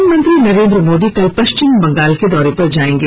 प्रधानमंत्री नरेन्द्र मोदी कल पश्चिम बंगाल के दौरे पर जायेंगे